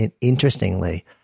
interestingly-